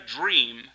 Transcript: dream